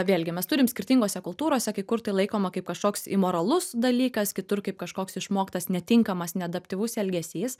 vėlgi mes turim skirtingose kultūrose kai kur tai laikoma kaip kažkoks imoralus dalykas kitur kaip kažkoks išmoktas netinkamas neadaptyvus elgesys